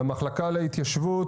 מהמחלקה להתיישבות,